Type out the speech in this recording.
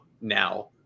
now